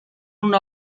una